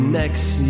next